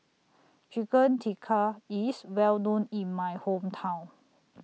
Chicken Tikka IS Well known in My Hometown